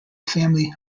family